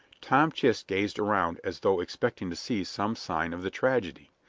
tom chist gazed around as though expecting to see some sign of the tragedy,